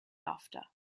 after